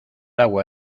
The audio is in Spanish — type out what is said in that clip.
agua